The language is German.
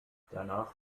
danach